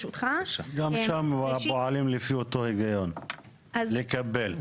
גם שם פועלים לפי אותו היגיון, לקבל.